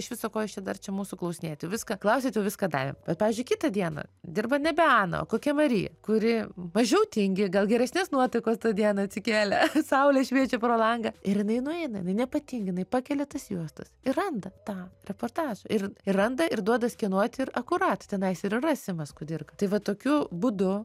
iš viso ko jūs čia dar čia mūsų klausinėjat jau klausėt jau viską davėm bet pavyzdžiui kitą dieną dirba nebe ana o kokia marija kuri mažiau tingi gal geresnės nuotaikos tą dieną atsikėlė saulė šviečia pro langą ir jinai nueina ir jinai nepatingi jinai pakelia tas juostas ir randa tą reportažą ir ir randa ir duoda skenuoti ir akurat tenais ir yra simas kudirka tai va tokiu būdu